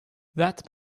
that